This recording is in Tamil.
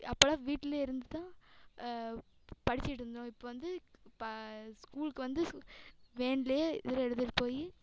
அப்பெலாம் வீட்டிலே இருந்து தான் படிச்சுட்டு இருந்தோம் இப்போ வந்து ப ஸ்கூலுக்கு வந்து வேனிலே இதில் எழுதிட்டு போய்